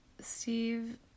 Steve